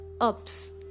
Ups